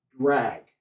drag